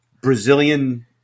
Brazilian –